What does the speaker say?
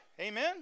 Amen